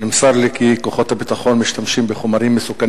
נמסר לי כי כוחות הביטחון משתמשים בחומרים מסוכנים